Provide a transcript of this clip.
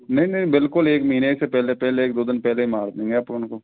नहीं नहीं बिलकुल एक महीने से पहले पहले एक दो दिन पहले ही मार देंगे अपुन को